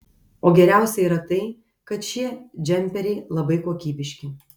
o geriausia yra tai kad šie džemperiai labai kokybiški